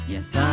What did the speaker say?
Yes